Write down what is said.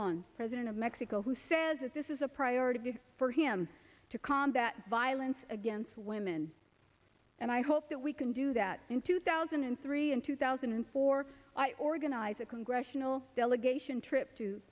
on president of mexico who says that this is a priority for him to combat violence against women and i hope that we can do that in two thousand and three and two thousand and four i organize a congressional delegation trip to